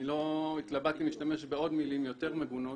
התלבטתי אם להשתמש במילים יותר מגונות,